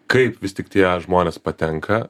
kaip vis tik tie žmonės patenka